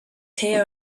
tea